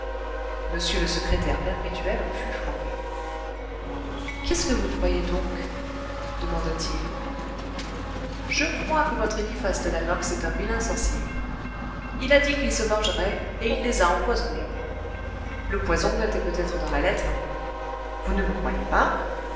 m le secrétaire perpétuel en fut frappé qu'est-ce que vous croyez donc demanda-t-il je crois que votre eliphas de la nox est un vilain sorcier il a dit qu'il se vengerait et il les a empoisonnés le poison était peut-être dans la lettre vous ne me croyez pas